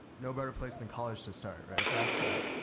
no better place than college to start, right? that's right.